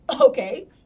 okay